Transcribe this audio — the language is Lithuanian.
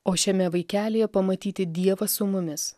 o šiame vaikelyje pamatyti dievą su mumis